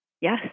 Yes